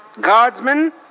Guardsmen